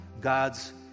God's